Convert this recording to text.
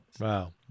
Wow